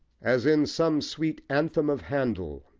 as in some sweet anthem of handel,